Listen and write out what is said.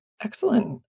Excellent